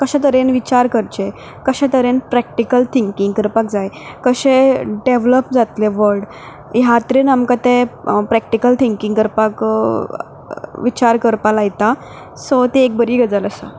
कशे तरेन विचार करचें कशे तरेन प्रेकटिकल थिंकींग करपाक जाय कशें डेवलोप जातले व्डह ह्या तरेन आमकां तें प्रेकटिकल थिंकींग करपाक विचार करपाक लायता सो ती एक बरी गजाल आसा